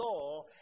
law